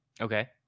Okay